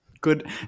good